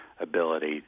ability